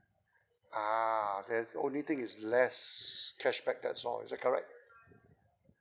ah the only thing is less cashback that's all is it correct